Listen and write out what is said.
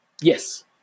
Yes